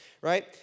Right